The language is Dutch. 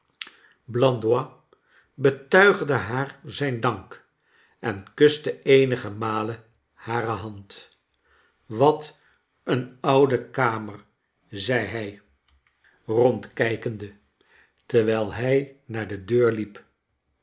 blandois betuigde haax zijn dank en kuste eenige malen hare hand wat een oude kamer zei hij rondcharles dickens krjkende terwijl hij naar de deur liep